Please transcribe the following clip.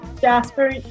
Jasper